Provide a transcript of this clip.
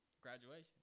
Graduation